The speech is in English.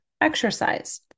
exercise